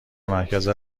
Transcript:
مرکز